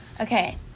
Okay